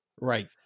Right